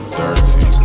dirty